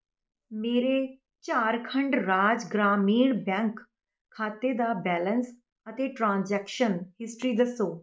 ਮੇਰੇ ਝਾਰਖੰਡ ਰਾਜ ਗ੍ਰਾਮੀਣ ਬੈਂਕ ਖਾਤੇ ਦਾ ਬੈਲੇਂਸ ਅਤੇ ਟ੍ਰਾਂਜੈਕਸ਼ਨ ਹਿਸਟਰੀ ਦੱਸੋ